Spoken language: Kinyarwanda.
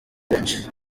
benshi